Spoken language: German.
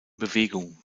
bewegung